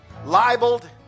libeled